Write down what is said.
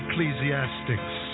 Ecclesiastics